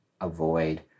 avoid